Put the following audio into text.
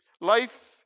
Life